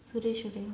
suresh